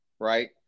Right